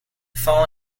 fall